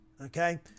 okay